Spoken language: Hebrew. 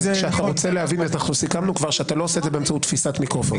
אנחנו סיכמנו כבר שאתה לא עושה את זה באמצעות תפיסת מיקרופון.